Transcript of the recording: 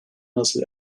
nasıl